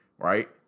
right